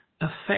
affect